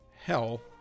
Hell